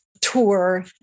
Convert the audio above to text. tour